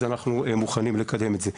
אז אנחנו מוכנים לקדם את זה.